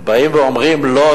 באים ואומרים: לא,